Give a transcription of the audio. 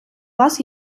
вас